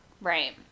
Right